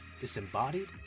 disembodied